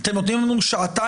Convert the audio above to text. אתם נותנים לנו שעתיים,